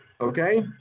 Okay